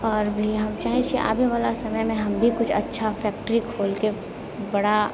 आओर भी हम चाहै छिए आगे आबैवला समयमे हम भी किछु अच्छा फैक्ट्री खोलिकऽ बड़ा